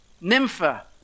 Nympha